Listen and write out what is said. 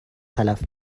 تلف